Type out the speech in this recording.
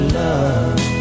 love